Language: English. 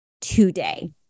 today